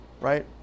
Right